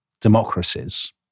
democracies